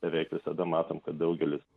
beveik visada matom kad daugelis